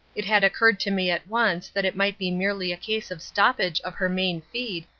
it had occurred to me at once that it might be merely a case of stoppage of her main feed,